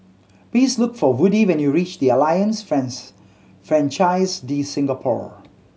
please look for Woody when you reach the Alliance France Francaise de Singapour